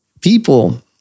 People